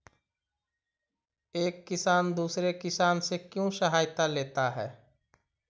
एक किसान दूसरे किसान से क्यों सहायता लेता है?